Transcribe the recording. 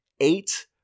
eight